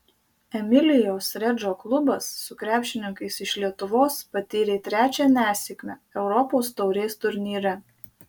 emilijos redžo klubas su krepšininkais iš lietuvos patyrė trečią nesėkmę europos taurės turnyre